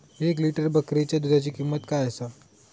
एक लिटर बकरीच्या दुधाची किंमत काय आसा?